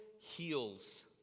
heals